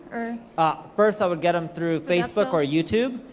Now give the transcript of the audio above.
ah first i would get em through facebook or youtube,